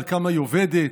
כמה היא עובדת,